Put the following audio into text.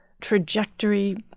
trajectory